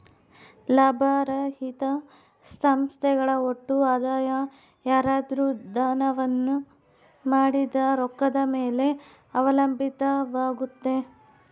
ಲಾಭರಹಿತ ಸಂಸ್ಥೆಗಳ ಒಟ್ಟು ಆದಾಯ ಯಾರಾದ್ರು ದಾನವನ್ನ ಮಾಡಿದ ರೊಕ್ಕದ ಮೇಲೆ ಅವಲಂಬಿತವಾಗುತ್ತೆ